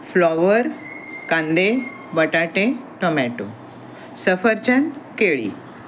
flower कांदे बटाटे tomato सफरचंद केळी